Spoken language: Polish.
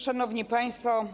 Szanowni Państwo!